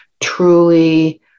truly